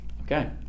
okay